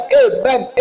amen